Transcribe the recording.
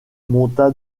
monta